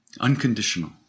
Unconditional